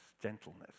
gentleness